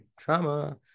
Trauma